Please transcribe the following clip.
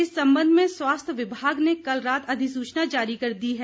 इस संबंध में स्वास्थ्य विभाग ने कल रात अधिसूचना जारी कर दी है